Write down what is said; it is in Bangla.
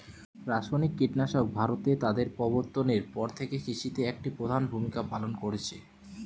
রাসায়নিক কীটনাশক ভারতে তাদের প্রবর্তনের পর থেকে কৃষিতে একটি প্রধান ভূমিকা পালন করেছে